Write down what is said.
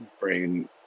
brain